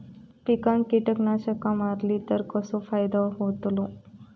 पिकांक कीटकनाशका मारली तर कसो फायदो होतलो?